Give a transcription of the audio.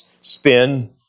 spin